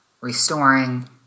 restoring